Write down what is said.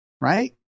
right